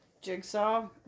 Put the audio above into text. Jigsaw